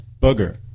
Booger